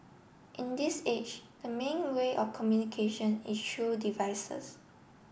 in this age the main way of communication is through devices